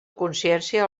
consciència